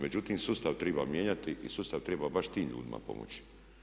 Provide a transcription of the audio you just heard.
Međutim sustav treba mijenjati i sustav treba baš tim ljudima pomoći.